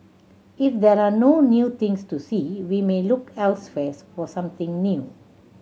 if there are no new things to see we may look elsewhere for something new